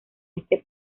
este